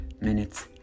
minutes